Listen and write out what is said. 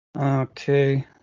Okay